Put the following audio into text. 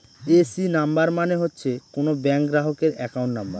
AC number মানে হচ্ছে কোনো ব্যাঙ্ক গ্রাহকের একাউন্ট নাম্বার